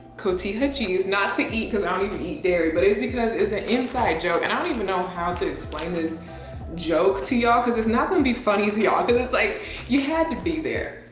cotija cheese not to eat cause i don't even eat dairy, but it was because it's an inside joke. and i don't even know how to explain this joke to y'all cause it's not gonna be funny to y'all. cause it's like you had to be there.